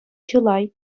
чылай